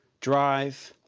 drive,